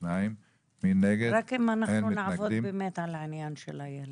הצבעה רק אם נעבוד באמת על העניין של הילד.